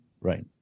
Right